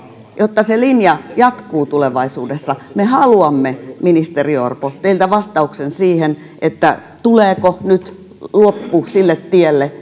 jotta se linja jatkuu tulevaisuudessa me haluamme ministeri orpo teiltä vastauksen siihen tuleeko nyt loppu sille tielle